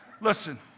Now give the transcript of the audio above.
listen